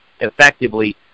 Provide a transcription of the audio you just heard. effectively